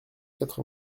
quatre